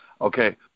Okay